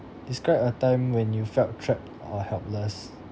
describe a time when you felt trapped or helpless